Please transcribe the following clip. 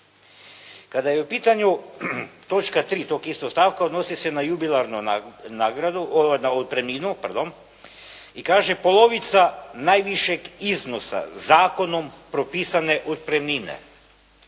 Kada je u pitanju točka 3. tog istog stavka odnosi se na jubilarnu otpremninu i kaže, polovica najvišeg iznosa zakonom propisane otpremnine,